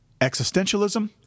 Existentialism